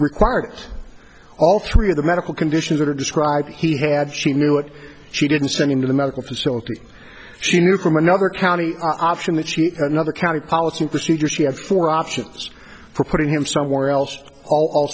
required all three of the medical conditions that are described he had she knew what she didn't send him to the medical facility she knew from another county option that she had another county policy at the cedar she had four options for putting him somewhere else all